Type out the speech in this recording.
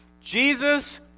Jesus